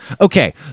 Okay